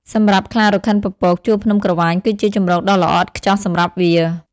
សម្រាប់ខ្លារខិនពពក ជួរភ្នំក្រវាញគឺជាជម្រកដ៏ល្អឥតខ្ចោះសម្រាប់វា។